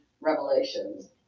revelations